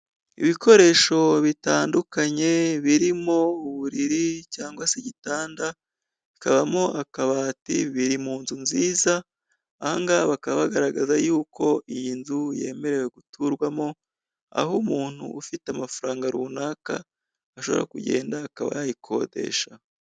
Ibikoresho bitandukanye birimo uburiri cyangwa se igitanda, hakabamo akabati biri munzu nziza. Aha ngaha bakaba bagaragaza yuko iyi nzu yemerewe guturwamo, aho umuntu ufite amafaranga runaka ashobora kugenda akaba yayikodesha.